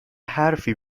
حرفی